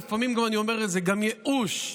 אני לפעמים גם אומר את זה, גם ייאוש חווינו,